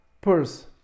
purse